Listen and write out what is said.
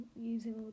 using